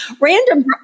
Random